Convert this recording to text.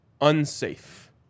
unsafe